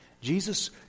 Jesus